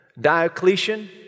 Diocletian